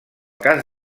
cas